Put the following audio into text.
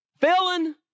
felon